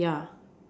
yeah